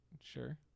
Sure